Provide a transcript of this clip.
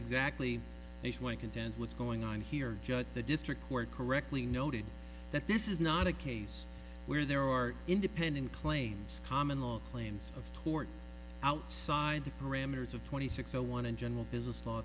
contend what's going on here judge the district court correctly noted that this is not a case where there are independent claims common law claims of court outside the parameters of twenty six zero one and general business law